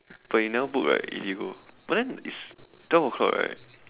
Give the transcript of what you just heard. but you never book right if you go but then it's twelve o clock right